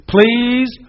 Please